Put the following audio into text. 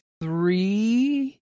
three